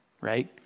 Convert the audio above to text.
Right